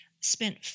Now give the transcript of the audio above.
spent